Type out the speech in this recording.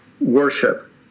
worship